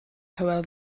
hywel